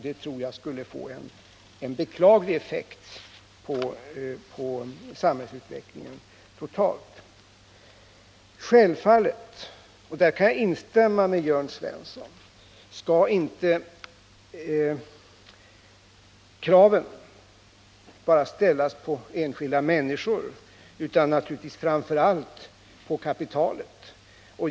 Det tror jag skulle få en beklaglig effekt på samhällsutvecklingen totalt. Självfallet — och här kan jag instämma med Jörn Svensson — skall inte kravet ställas bara på enskilda människor, utan naturligtvis framför allt på kapitalet.